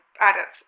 adults